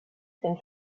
sind